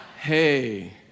Hey